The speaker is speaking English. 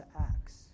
acts